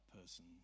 person